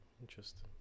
interesting